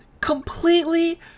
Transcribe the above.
completely